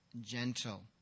Gentle